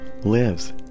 lives